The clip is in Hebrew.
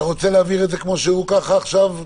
אתה רוצה להעביר את זה כמו שזה, ככה, עכשיו?